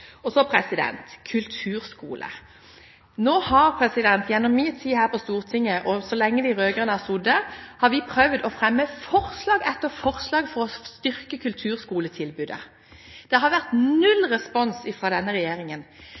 det. Så til kulturskolene. Nå har vi gjennom min tid her på Stortinget og så lenge de rød-grønne har sittet, prøvd å fremme forslag etter forslag for å styrke kulturskoletilbudet. Det har vært null respons fra denne